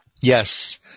Yes